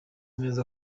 neza